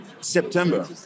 September